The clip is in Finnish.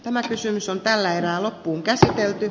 tämä kysymys on tällä hoidon tarpeesta